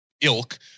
ilk